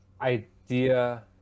idea